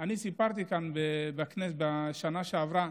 אני סיפרתי כאן בכנסת בשנה שעברה